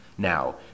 Now